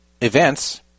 events